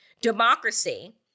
democracy